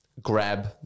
grab